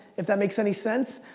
if that makes any sense.